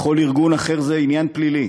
בכל ארגון אחר זה עניין פלילי.